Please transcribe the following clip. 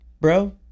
Bro